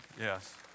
yes